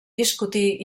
discutir